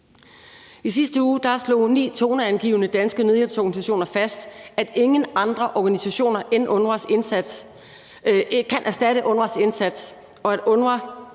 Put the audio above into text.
I sidste uge slog ni toneangivende danske nødhjælpsorganisationer fast, at ingen andre organisationer kan erstatte UNRWA's indsats, og at UNRWA